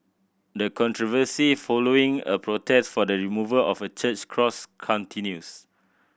the controversy following a protest for the removal of a church's cross continues